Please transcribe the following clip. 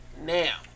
now